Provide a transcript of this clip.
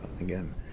again